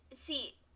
see